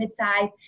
midsize